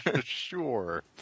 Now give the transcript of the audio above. Sure